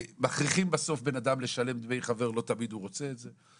בסוף מכריחים בן אדם לשלם דמי חבר כשלא תמיד הוא רוצה את זה.